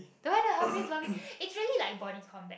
the one at the office lobby it's really like body combat